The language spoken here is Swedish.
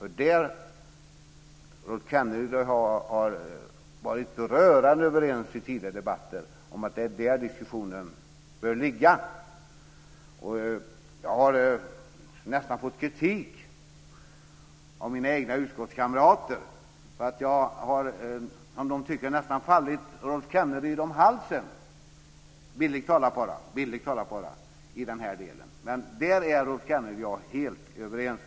Rolf Kenneryd och jag har varit rörande överens i tidigare debatter om att det är där diskussionen bör ligga. Jag har nästan fått kritik av mina egna utskottskamrater för att jag, som de tycker, nästan har fallit Rolf Kenneryd om halsen - bildligt talat - i den här delen. Men där är Rolf Kenneryd och jag helt överens.